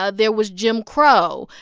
ah there was jim crow.